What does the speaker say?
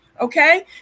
okay